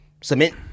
cement